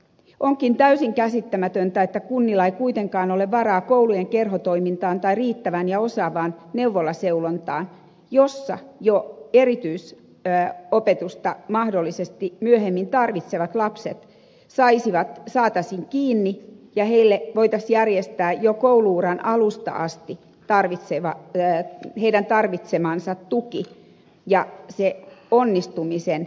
onkin täysin käsittämätöntä että kunnilla ei kuitenkaan ole varaa koulujen kerhotoimintaan tai riittävään ja osaavaan neuvolaseulontaan jossa jo erityisopetusta mahdollisesti myöhemmin tarvitsevat lapset saataisiin kiinni ja heille voitaisiin järjestää jo koulu uran alusta asti heidän tarvitsemansa tuki ja se onnistumisen ilo